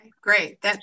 great